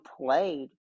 played